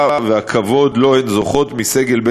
ובהשגחה מוגברת של הצוות,